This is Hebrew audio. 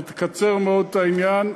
שתקצר מאוד את העניין,